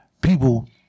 people